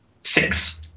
Six